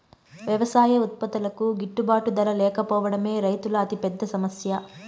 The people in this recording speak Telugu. వ్యవసాయ ఉత్పత్తులకు గిట్టుబాటు ధర లేకపోవడమే రైతుల అతిపెద్ద సమస్య